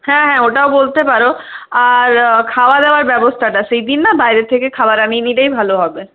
হ্যাঁ হ্যাঁ ওটাও বলতে পারো আর খাওয়া দাওয়ার ব্যবস্থাটা সেইদিন না বাইরের থেকে খাওয়ার আনিয়ে নিলেই ভালো হবে